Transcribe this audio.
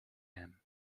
hem